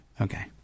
Okay